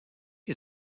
qui